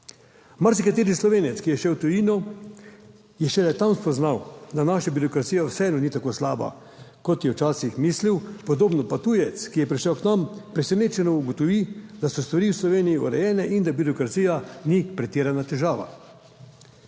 Marsikateri Slovenec, ki je šel v tujino, je šele tam spoznal, da naša birokracija vseeno ni tako slaba, kot je včasih mislil, podobno pa tujec, ki je prišel k nam, presenečeno ugotovi, da so stvari v Sloveniji urejene in da birokracija ni pretirana težava.